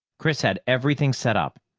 chris had everything set up.